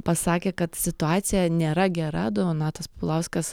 pasakė kad situacija nėra gera donatas paulauskas